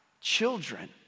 children